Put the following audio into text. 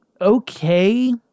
okay